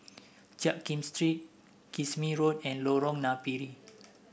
Jiak Kim Street Kismis Road and Lorong Napiri